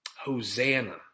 Hosanna